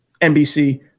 NBC